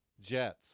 Jets